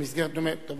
במסגרת נאומי, לא.